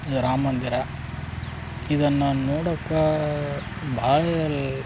ಇದು ರಾಮಮಂದಿರ ಇದನ್ನು ನೋಡೋಕ್ಕೆ ಭಾಳ